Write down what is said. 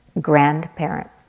grandparent